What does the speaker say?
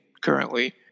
currently